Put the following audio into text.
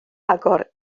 agor